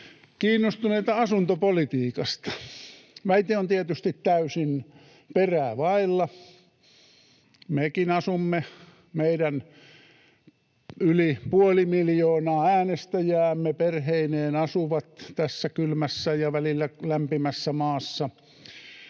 kiinnostuneita asuntopolitiikasta. Väite on tietysti täysin perää vailla. Mekin asumme, meidän yli puoli miljoonaa äänestäjäämme perheineen asuvat tässä kylmässä ja välillä lämpimässä maassa.